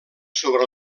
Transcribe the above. sobre